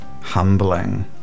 humbling